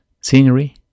scenery